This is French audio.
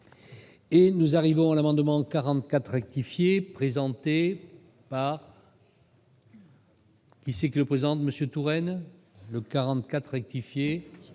Et nous arrivons à l'amendement 44 rectifié présentée par. Qui sait que présente Monsieur Touraine le 44 rectifier